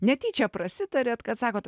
netyčia prasitarėt kad sakot